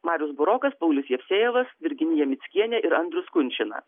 marius burokas paulius jevsejevas virginija mickienė ir andrius kunčina